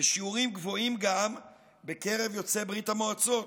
בשיעורים גבוהים גם בקרב יוצאי ברית המועצות,